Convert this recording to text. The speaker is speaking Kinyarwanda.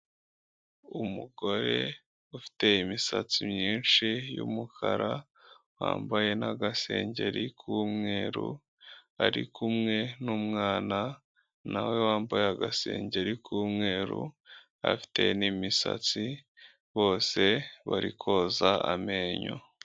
Umugore ufite imisatsi myinshi y'umukara, wambaye n'agasengeri k'umweru, ari kumwe n'umwana nawe wambaye agasengeri k'umweru, afite n'imisatsi, bose bari koza amenyo.